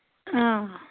آ